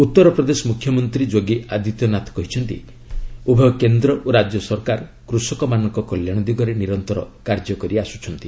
ଉତ୍ତର ପ୍ରଦେଶ ମୁଖ୍ୟମନ୍ତ୍ରୀ ଯୋଗୀ ଆଦିତ୍ୟନାଥ କହିଛନ୍ତି ଉଭୟ କେନ୍ଦ୍ର ଓ ରାଜ୍ୟ ସରକାର କୃଷକମାନଙ୍କ କଲ୍ୟାଣ ଦିଗରେ ନିରନ୍ତର କାର୍ଯ୍ୟ କର୍ଚ୍ଛନ୍ତି